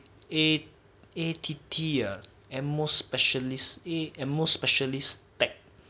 A_T_T ah ammos specialist ammos specialist tech